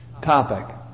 topic